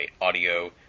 Audio